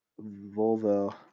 Volvo